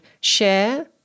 share